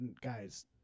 guys